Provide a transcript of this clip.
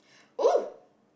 oh